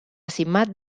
simat